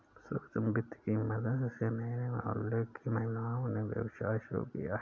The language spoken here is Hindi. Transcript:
सूक्ष्म वित्त की मदद से मेरे मोहल्ले की महिलाओं ने व्यवसाय शुरू किया है